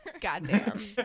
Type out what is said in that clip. Goddamn